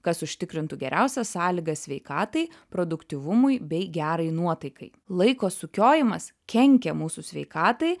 kas užtikrintų geriausias sąlygas sveikatai produktyvumui bei gerai nuotaikai laiko sukiojimas kenkia mūsų sveikatai